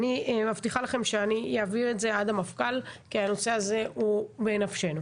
אני מבטיחה לכם שאני אעביר את זה עד המפכ"ל כי הנושא הזה הוא בנפשנו.